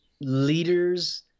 leaders